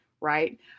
right